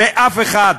ואף אחד,